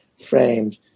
framed